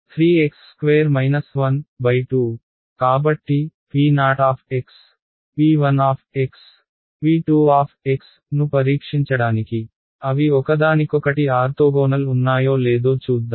కాబట్టి po p1 p2 ను పరీక్షించడానికి అవి ఒకదానికొకటి ఆర్తోగోనల్ ఉన్నాయో లేదో చూద్దాం